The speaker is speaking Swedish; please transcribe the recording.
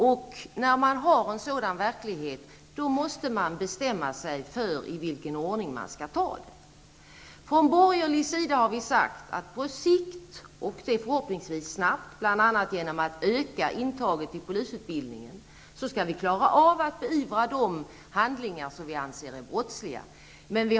När verkligheten ser ut som den gör måste man bestämma sig för i vilken ordning man skall beivra. Från borgerlig sida har vi uttalat att på sikt -- förhoppningsvis snart, bl.a. genom att öka antagningen till polisutbildningen -- skall de handlingar som vi anser vara brottsliga beivras.